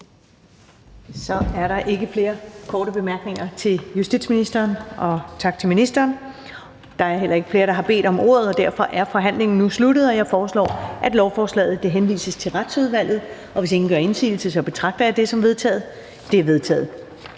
Så er der ikke flere korte bemærkninger til justitsministeren. Tak til ministeren. Der er heller ikke flere, der har bedt om ordet, og derfor er forhandlingen nu sluttet. Jeg foreslår, at lovforslaget henvises til Retsudvalget. Hvis ingen gør indsigelse, betragter jeg det som vedtaget. Det er vedtaget.